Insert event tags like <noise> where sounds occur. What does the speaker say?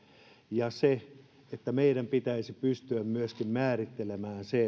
ja meidän pitäisi pystyä myöskin määrittelemään se <unintelligible>